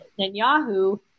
Netanyahu